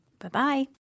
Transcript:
Bye-bye